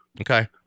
Okay